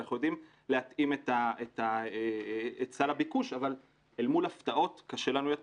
אנחנו יודעים להתאים את סל הביקוש אבל אל מול הפתעות קשה לנו יותר